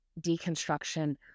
deconstruction